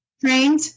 trained